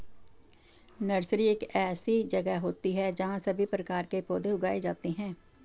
nursery एक ऐसी जगह होती है जहां सभी प्रकार के पौधे उगाए जाते हैं